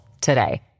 today